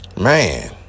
man